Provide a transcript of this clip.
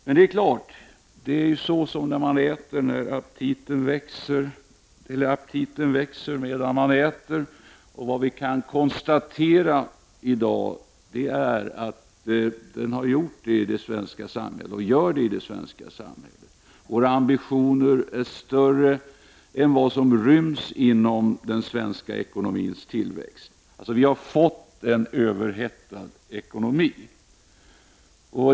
Men det är klart att aptiten växer medan man äter. Aptiten har växt, och växer, i det svenska samhället. Våra ambitioner är större än vad som ryms inom svensk ekonomis tillväxt. Vi har fått en överhettad ekonomi.